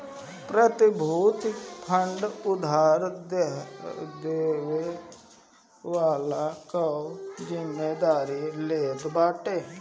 प्रतिभूति बांड उधार लेवे वाला कअ जिमेदारी लेत बाटे